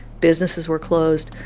businesses were closed.